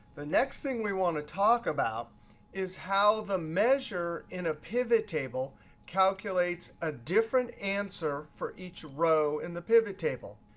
the next thing we want to talk about is how the measure in a pivot table calculates ah different answer for each row in the pivot table.